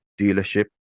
dealership